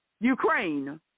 Ukraine